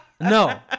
no